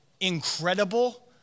incredible